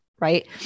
right